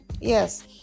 Yes